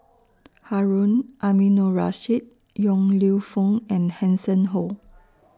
Harun Aminurrashid Yong Lew Foong and Hanson Ho